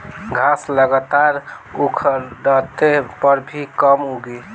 घास लगातार उखड़ले पर भी कम उगी